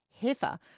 heifer